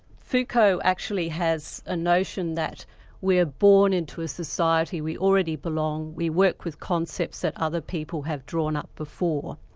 foucault actually has a notion that we are born into a society, we already belong, we work with concepts that other people have drawn up before.